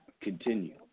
Continue